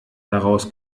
daraus